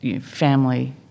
family